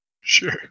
Sure